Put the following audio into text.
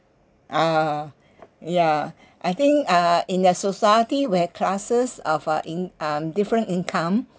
uh ya I think uh in a society where classes of uh in~ um different income